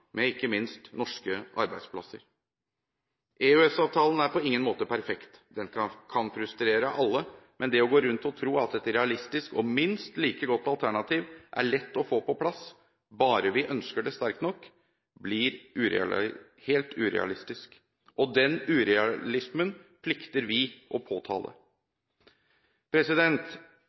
med ikke minst norske arbeidsplasser. EØS-avtalen er på ingen måte perfekt; den kan frustrere alle. Men det å gå rundt og tro at et realistisk og minst like godt alternativ er lett å få på plass bare vi ønsker det sterkt nok, blir helt urealistisk, og den urealismen plikter vi å